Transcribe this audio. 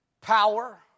power